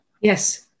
yes